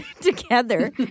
together